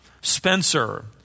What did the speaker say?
Spencer